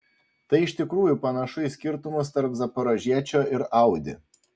tai iš tikrųjų panašu į skirtumus tarp zaporožiečio ir audi